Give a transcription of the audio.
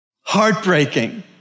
heartbreaking